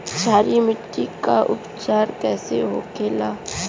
क्षारीय मिट्टी का उपचार कैसे होखे ला?